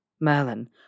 Merlin